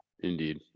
Indeed